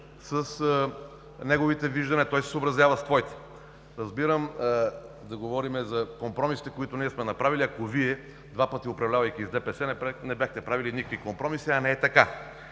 с неговите виждания, а той се съобразява с твоите. Разбирам да говорим за компромисите, които ние сме направили, ако Вие, два пъти управлявайки с ДПС, не бяхте правили никакви компромиси, а не е така.